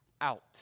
out